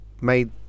made